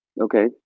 Okay